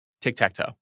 Tic-Tac-Toe